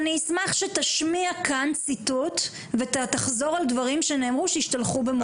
אשמח שתשמיע כאן ציטוט ותחזור על דברים שנאמרו שהשתלחו במורים.